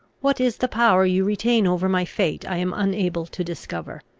what is the power you retain over my fate i am unable to discover.